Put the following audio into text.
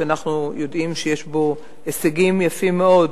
שאנחנו יודעים שיש בו הישגים יפים מאוד,